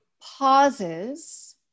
pauses